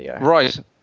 Right